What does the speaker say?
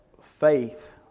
faith